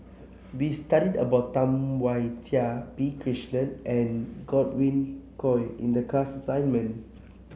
we studied about Tam Wai Jia P Krishnan and Godwin Koay in the class assignment